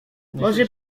może